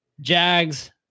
Jags